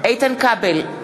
איתן כבל,